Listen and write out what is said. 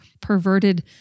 perverted